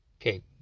Okay